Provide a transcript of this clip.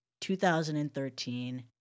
2013